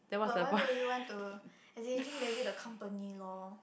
but why would you want to as in it's just maybe the company loh